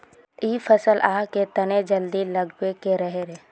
इ फसल आहाँ के तने जल्दी लागबे के रहे रे?